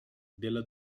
della